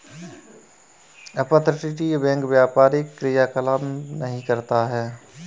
अपतटीय बैंक व्यापारी क्रियाकलाप नहीं करता है